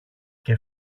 και